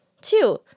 two